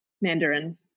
Mandarin